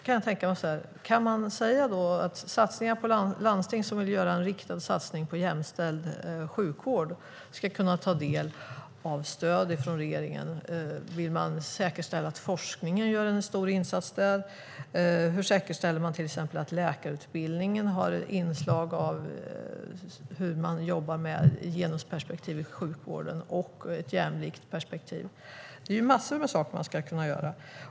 Kan man då säga att landsting som vill göra en riktad satsning på jämställd sjukvård ska kunna ta del av stöd från regeringen? Vill man säkerställa att forskningen gör en stor insats där? Hur säkerställer man till exempel att läkarutbildningen har inslag av att jobba med genusperspektiv och ett jämlikt perspektiv i sjukvården? Det finns massor med saker man skulle kunna göra.